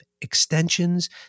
extensions